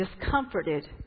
discomforted